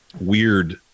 weird